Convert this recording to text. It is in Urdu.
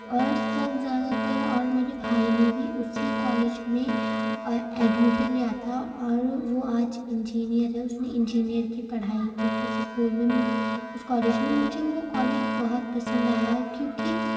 اور سب زیادہ تر اور میرے بھائی نے بھی اسی کالج میں ایڈمیشن لیا تھا اور وہ آج انجینئر ہے اس نے انجینئر کی پڑھائی کی تھی اس اسکول میں مجھ اس کالج میں مجھے وہ کالج بہت پسند آیا ہے کیونکہ